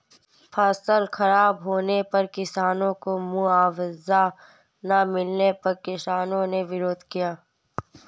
फसल खराब होने पर किसानों को मुआवजा ना मिलने पर किसानों ने विरोध किया